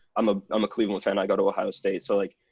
i'm ah um a cleveland fan. i go to ohio state. so like,